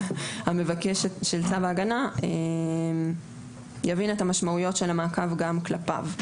שהמבקש של צו ההגנה יבין את המשמעויות של המעקב גם כלפיו,